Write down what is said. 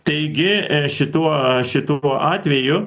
taigi šituo šituo atveju